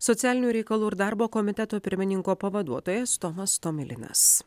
socialinių reikalų ir darbo komiteto pirmininko pavaduotojas tomas tomilinas